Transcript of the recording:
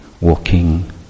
walking